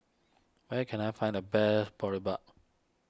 where can I find the best Boribap